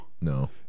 No